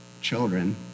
children